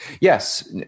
Yes